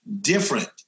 different